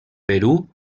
perú